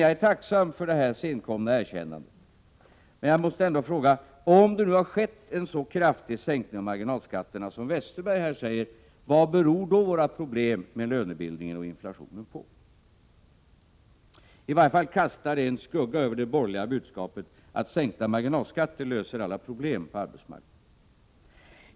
Jag är tacksam för detta senkomna erkännande, men jag måste ändå fråga: Om det nu skett en så kraftig sänkning av marginalskatterna som Bengt Westerberg här beskrev, vad beror då våra problem med lönebildningen och inflationen på? I varje fall kastar detta en skugga över det borgerliga budskapet att sänkta marginalskatter löser alla problem på arbetsmarknaden.